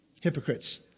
hypocrites